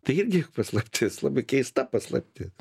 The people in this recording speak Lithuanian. tai irgi juk paslaptis labai keista paslaptis